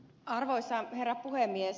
arvoisa herra puhemies